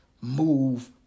move